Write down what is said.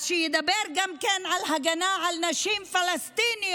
שידבר גם על הגנה על נשים פלסטיניות,